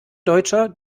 deutscher